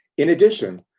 in addition,